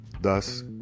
Thus